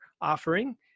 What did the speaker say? offering